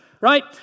right